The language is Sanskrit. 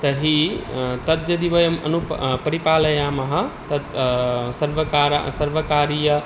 तर्हि तत् यदि वयम् अनुप् परिपालयामः तत् सर्वकार सर्वकारीय